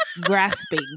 grasping